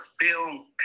film